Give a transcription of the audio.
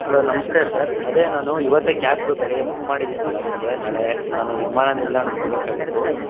hello ನಮಸ್ತೆ sir ಅದೇ ನಾನು ಇವತ್ತೆ ಕ್ಯಾಬ್ ಬೆಳಗ್ಗೆ ಬುಕ್ ಮಾಡಿದ್ದೀನಲ್ಲ ನಿಮಗೆ ನಾಳೆ ನಾನು ವಿಮಾನ ನಿಲ್ದಾಣಕ್ಕೆ ಹೋಗಬೇಕಾಗಿತ್ತು